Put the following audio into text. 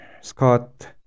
Scott